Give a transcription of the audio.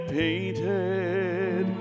painted